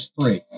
three